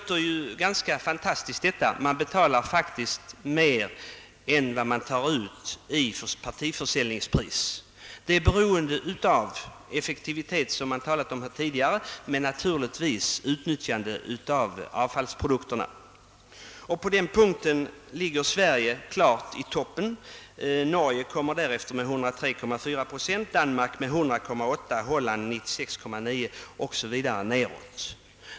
Det låter ganska fantastiskt att man betalar mer än man tar ut i partiförsäljningspris. Detta är beroende av effektiviteten — som man talat om här tidigare — och av att biprodukterna utnyttjas. På denna punkt ligger Sverige klart i toppen, Norge kommer därefter med 103,4 procent, Danmark med 100,8 procent, Holland med 96,9 procent o.s.v. neråt.